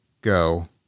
go